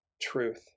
truth